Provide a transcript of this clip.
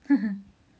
mmhmm